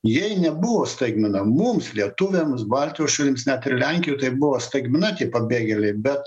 jai nebuvo staigmena mums lietuviams baltijos šalims net lenkijoj tai buvo staigmena tik pabėgėliai bet